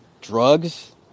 drugs